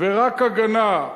ורק הגנה,